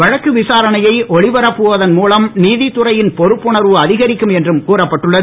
வழக்கு விசாரணையை ஒளிபரப்புவதன் மூலம் நீதித்துறையின் பொறுப்புணர்வு அதிகரிக்கும் என்றும் கூறப்பட்டுள்ளது